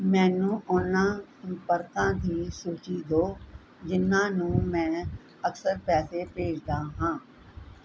ਮੈਨੂੰ ਉਹਨਾਂ ਸੰਪਰਕਾਂ ਦੀ ਸੂਚੀ ਦੋ ਜਿਹਨਾਂ ਨੂੰ ਮੈਂ ਅਕਸਰ ਪੈਸੇ ਭੇਜਦਾ ਹਾਂ